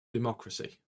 democracy